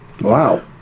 Wow